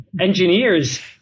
engineers